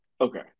okay